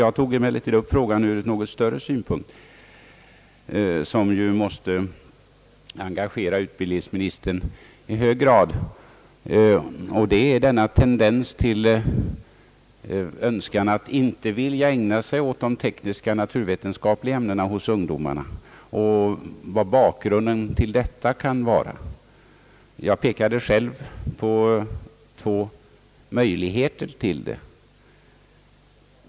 Jag tog emellertid upp frågan ur en något större synvinkel, som ju måste engagera utbildningsministern i hög grad, nämligen denna tendens hos ungdomarna att inte vilja ägna sig åt de tekniska och naturvetenskapliga ämnena samt frågan vad bakgrunden till detta kan vara. Jag pekade själv på två möjliga förklaringar härtill.